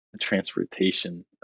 transportation